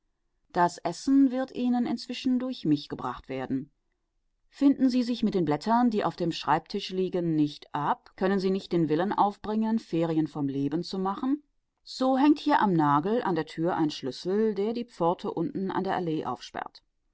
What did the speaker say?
das essen wird ihnen inzwischen durch mich gebracht werden finden sie sich mit den blättern die auf dem schreibtisch liegen nicht ab können sie nicht den willen aufbringen ferien vom leben zu machen so hängt hier am nagel an der tür ein schlüssel der die pforte unten an der allee aufsperrt